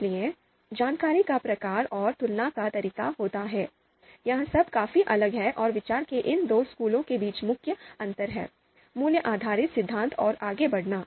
इसलिए जानकारी का प्रकार और तुलना का तरीका होता है यह सब काफी अलग है और विचार के इन दो स्कूलों के बीच मुख्य अंतर है मूल्य आधारित सिद्धांत और आगे बढ़ना